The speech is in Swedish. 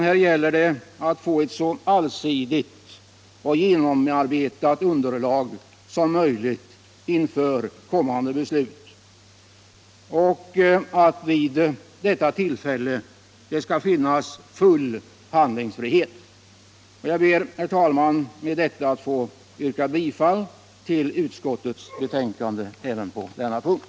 Här gäller det i stället att få ett så allsidigt och genom arbetat underlag som möjligt inför kommande beslut och att det vid | detta tillfälle skall finnas full handlingsfrihet. Jag ber, herr talman, att få yrka bifall till utskottets betänkande även på denna punkt.